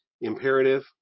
imperative